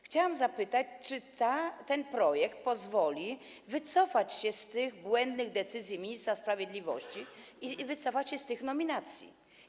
Chciałabym zapytać, czy ten projekt pozwoli wycofać się z tych błędnych decyzji ministra sprawiedliwości i wycofać się z tych nominacji.